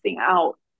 out